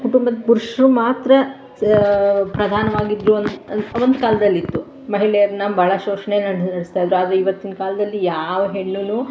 ಕುಟುಂಬದ ಪುರುಷ್ರು ಮಾತ್ರ ಪ್ರಧಾನವಾಗಿದ್ದರು ಒಂದು ಕಾಲದಲ್ಲಿತ್ತು ಮಹಿಳೆಯರನ್ನ ಭಾಳ ಶೋಷಣೆ ನಡೆಸ್ತಾ ಇದ್ದರು ಆದರೆ ಈವತ್ತಿನ ಕಾಲದಲ್ಲಿ ಯಾವ ಹೆಣ್ಣೂ